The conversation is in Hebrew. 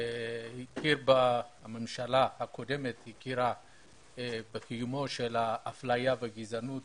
הממשלה הקודמת הכירה בקיום אפליה וגזענות